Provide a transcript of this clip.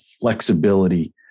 flexibility